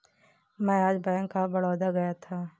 मैं आज bank of Baroda गया था